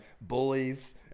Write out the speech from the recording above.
bullies